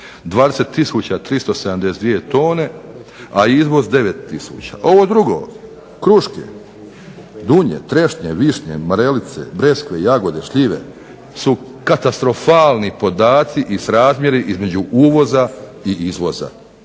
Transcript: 372 tone, a izvoz 9 tisuća. Ovo drugo kruške, dunje, trešnje, višnje, marelice, breskve, jagode, šljive su katastrofalni podaci i srazmjeri između uvoza i izvoza.